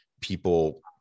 people